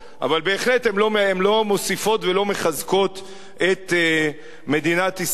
אבל הן בהחלט לא מוסיפות ולא מחזקות את מדינת ישראל.